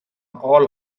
all